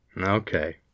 Okay